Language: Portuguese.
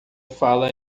fala